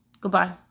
goodbye